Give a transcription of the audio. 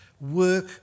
Work